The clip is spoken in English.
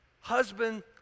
Husband